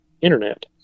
Internet